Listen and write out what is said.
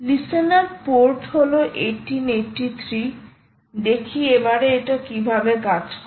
listener port হল 1883 দেখি এবারে এটা কিভাবে কাজ করে